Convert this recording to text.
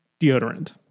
deodorant